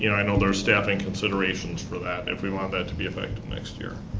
you know i know there's staffing considerations for that if we wanted that to be effective next year.